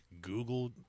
Google